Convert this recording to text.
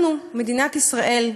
אנחנו, מדינת ישראל,